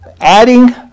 adding